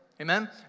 Amen